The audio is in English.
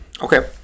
Okay